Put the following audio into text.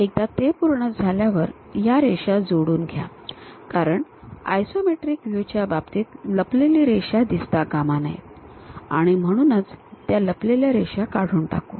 एकदा ते पूर्ण झाल्यावर या रेषा जोडून घ्या कारण आयसोमेट्रिक व्ह्यू च्या बाबतीत लपलेली रेषा दिसत काम नयेत आणि म्हणूनच त्या लपलेल्या रेषा काढून टाकू